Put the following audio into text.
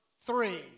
three